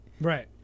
Right